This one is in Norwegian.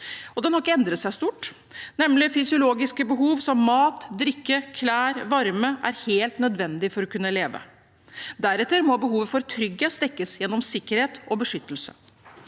Det har ikke endret seg stort. Å få dekket fysiologiske behov som mat, drikke, klær og varme er helt nødvendig for å kunne leve. Deretter må behovet for trygghet dekkes gjennom sikkerhet og beskyttelse.